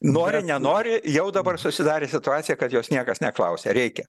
nori nenori jau dabar susidarė situacija kad jos niekas neklausė reikia